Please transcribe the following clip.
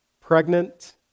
pregnant